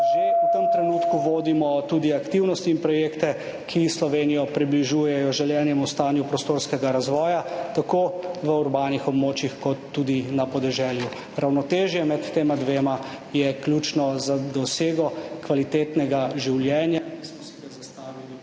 v tem trenutku vodimo tudi aktivnosti in projekte, ki Slovenijo približujejo želenemu stanju prostorskega razvoja tako v urbanih območjih kot tudi na podeželju. Ravnotežje med tema dvema je ključno za dosego kvalitetnega življenja,